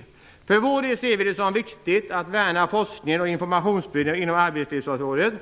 Vi för vår del anser det viktigt att värna forskning och information inom arbetslivsområdet